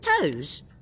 toes